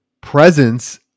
presence